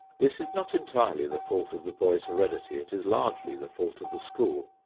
this is not entirely the fault of the boy's heredity it is largely the fault of the school.